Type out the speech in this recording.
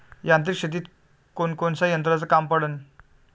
यांत्रिक शेतीत कोनकोनच्या यंत्राचं काम पडन?